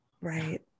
Right